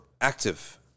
active